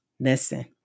Listen